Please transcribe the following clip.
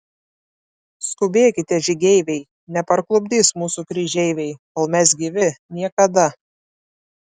skubėkite žygeiviai neparklupdys mūsų kryžeiviai kol mes gyvi niekada